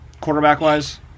Quarterback-wise